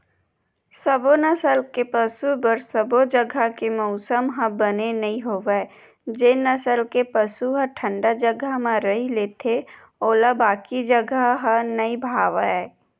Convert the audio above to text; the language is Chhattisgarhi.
सबो नसल के पसु बर सबो जघा के मउसम ह बने नइ होवय जेन नसल के पसु ह ठंडा जघा म रही लेथे ओला बाकी जघा ह नइ भावय